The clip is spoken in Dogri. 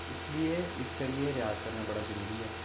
इसलिए इस करियै रेयाज करना बड़ा जरूरी ऐ